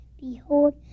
Behold